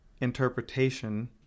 interpretation